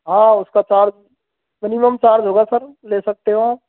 हाँ उसका charge minimum charge होगा सर ले सकते हो आप